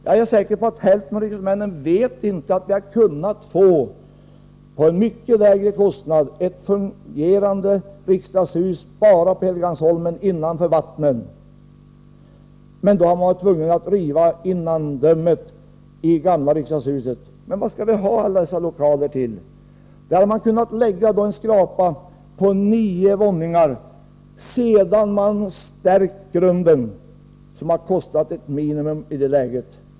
Jag är säker på att hälften av riksdagsmännen inte vet att vi hade kunnat få ett fungerande riksdagshus på Helgeandsholmen, innanför vattnen och för en mycket lägre kostnad. Men då hade man varit tvungen att riva innandömet i gamla riksdagshuset. Men vad skall vi ha alla dessa lokaler till? På detta ställe hade man kunnat lägga en skrapa på nio våningar sedan man stärkt grunden, vilket hade kostat ett minimum i det läget.